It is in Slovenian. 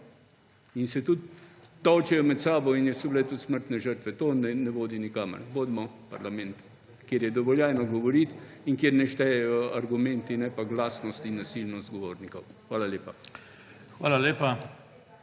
in se tudi tolčejo med sabo in so bile tudi smrtne žrtve. To ne vodi nikamor. Bodimo parlament, kjer je dovoljeno govoriti in kjer naj štejejo argumenti, ne pa glasnost in nasilnost govornikov. Hvala lepa.